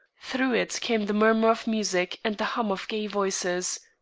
through it came the murmur of music and the hum of gay voices.